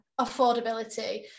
affordability